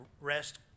rest